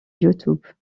youtube